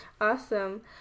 Awesome